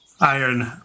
Iron